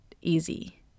easy